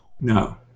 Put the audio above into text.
No